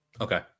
Okay